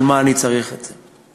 של "מה אני צריך את זה?",